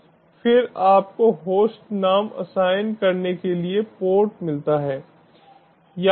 फिर आपको होस्ट नाम असाइन करने के लिए पोर्ट मिलता है